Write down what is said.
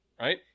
right